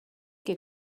que